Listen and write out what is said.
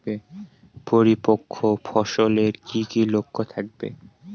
পরিপক্ক ফসলের কি কি লক্ষণ থাকবে?